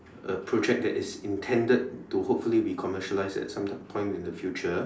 a project that is intended to hopefully be commercialised at some point in the future